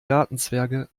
gartenzwerge